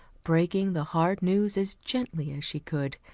breaking the hard news as gently as she could,